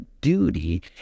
duty